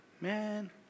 Man